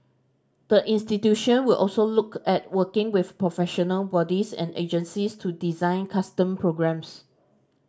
the institution will also look at working with professional bodies and agencies to design custom programmes